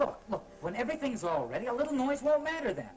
look when everything is already a little noise no matter that